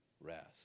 rest